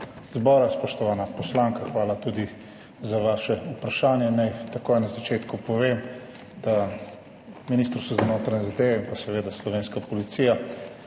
zbora Spoštovana poslanka, hvala tudi za vaše vprašanje. Naj takoj na začetku povem, da Ministrstvo za notranje zadeve in slovenska policija